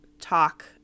talk